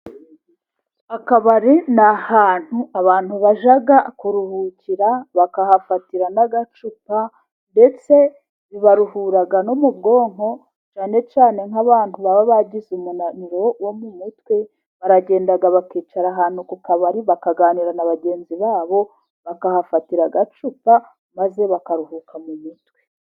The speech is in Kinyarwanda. Akabari ni ahantu abantu bajya kuruhukira bakahafatira n'agacupa ndetse bibaruhura no mu bwonko, cyane cyane nk'abantu baba bagize umunaniro wo mu mutwe baragenda bakicara ahantu ku kabari bakaganira na bagenzi babo bakahafatira agacupa maze bakaruhuka mu mutwe.